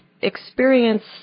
experience